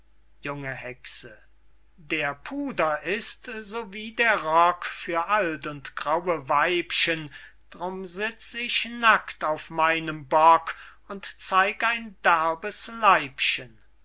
junge hexe der puder ist so wie der rock für alt und graue weibchen drum sitz ich nackt auf meinem bock und zeig ein derbes leibchen